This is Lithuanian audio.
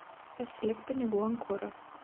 pasilik pinigų ant kuro